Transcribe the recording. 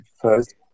first